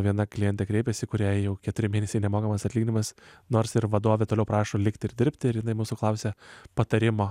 viena klientė kreipėsi kuriai jau keturi mėnesiai nemokamas atlyginimas nors ir vadovė toliau prašo likt ir dirbti ir jinai mūsų klausia patarimo